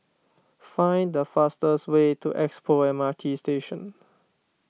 find the fastest way to Expo M R T Station